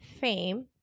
fame